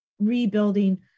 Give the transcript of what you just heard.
rebuilding